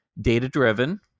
data-driven